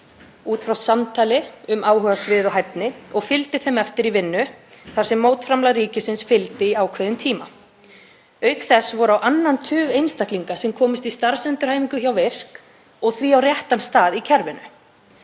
út frá samtali um áhugasvið og hæfni, og fylgdi því eftir í vinnu þar sem mótframlag ríkisins fylgdi í ákveðinn tíma. Auk þess voru á annan tug einstaklinga sem komust í starfsendurhæfingu hjá VIRK og því á réttan stað í kerfinu.